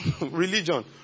religion